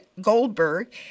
Goldberg